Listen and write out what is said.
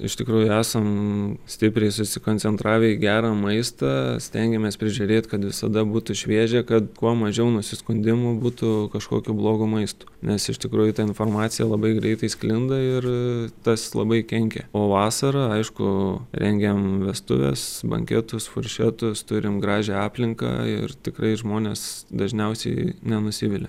iš tikrųjų esam stipriai susikoncentravę į gerą maistą stengiamės prižiūrėt kad visada būtų šviežia kad kuo mažiau nusiskundimų būtų kažkokių blogų maistu nes iš tikrųjų ta informacija labai greitai sklinda ir tas labai kenkia o vasarą aišku rengiam vestuves banketus furšetus turim gražią aplinką ir tikrai žmonės dažniausiai nenusivilia